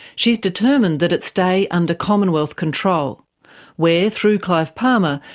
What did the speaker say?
she's determined that it stay under commonwealth control where, through clive palmer,